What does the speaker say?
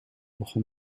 begon